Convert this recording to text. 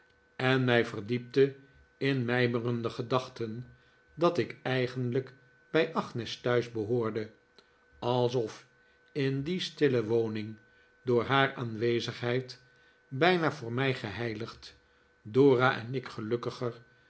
en mij ver diepte in mijmerende gedachten dal ik eigenlijk bij agnes thuis behoorde alsof in die stille woning door haar aanwezigheid bijna voor mij geheiligd dora en ik gelukkiger